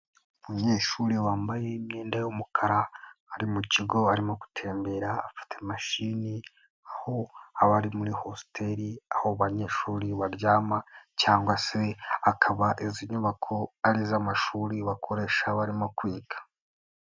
Umunyeshuri wambaye imyenda y'umukara ari mu kigo arimo gutembera afate mashini, aho aba ari muri hositeli aho abanyeshuri baryama, cyangwa se akaba izi nyubako ari iz'amashuri bakoresha barimo kwiga.